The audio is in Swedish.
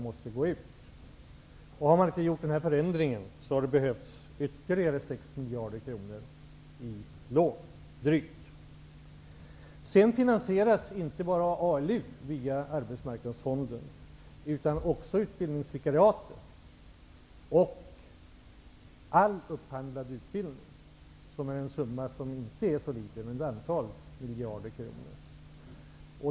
Om man inte genomfört denna förändring hade det behövts ytterligare drygt 6 miljarder kronor i lån. Inte bara ALU finansieras via arbetsmarknadsfonden, utan också utbildningsvikariaten och all upphandlad utbildning. Det är en inte så liten summa på ett antal miljarder kronor.